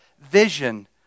vision